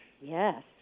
Yes